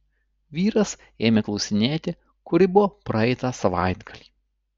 vyras ėmė klausinėti kur ji buvo praeitą savaitgalį